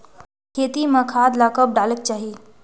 खेती म खाद ला कब डालेक चाही?